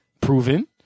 proven